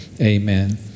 Amen